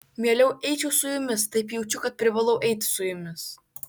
mieliau eičiau su jumis taip jaučiu kad privalau eiti su jumis